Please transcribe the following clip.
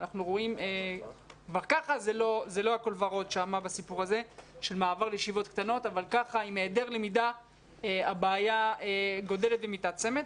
כבר כך לא הכול ורוד בסיפור הזה אבל עם היעדר למידה הבעיה גדלה ומתעצמת.